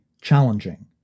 challenging